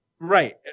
Right